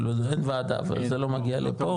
כלומר, אין ועדה, זה לא מגיע לפה?